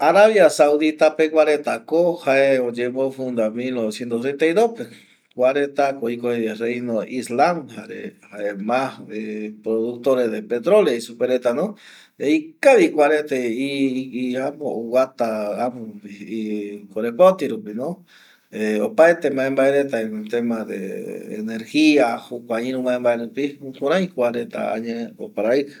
Arabia saudita pegua reta ko jae oyembo funda mil noveciento treintai dos pe kua reta ko oikoje vi reino islam jare jae ma productores de petroleo jei supe reta no erei ikavi kua reta i apo oguata i corepoti rupi no opaete maembae reta en tema de energia jokua iru maembae rupi kurai kua reta añae oparaɨkɨ